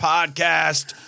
Podcast